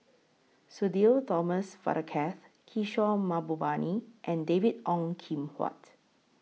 Sudhir Thomas Vadaketh Kishore Mahbubani and David Ong Kim Huat